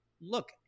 look